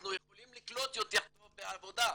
אנחנו יכולים לקלוט יותר טוב בעבודה,